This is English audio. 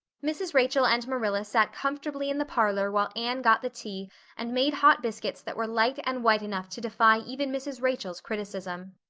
mrs. rachel and marilla sat comfortably in the parlor while anne got the tea and made hot biscuits that were light and white enough to defy even mrs. rachel's criticism.